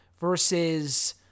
versus